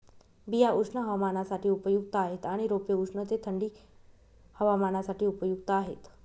बिया उष्ण हवामानासाठी उपयुक्त आहेत आणि रोपे उष्ण ते थंडी हवामानासाठी उपयुक्त आहेत